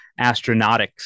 astronautics